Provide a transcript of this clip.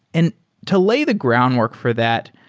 and to lay the groundwork for that,